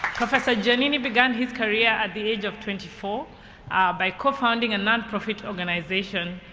professor giannini began his career at the age of twenty four by co-founding a nonprofit organization,